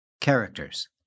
Characters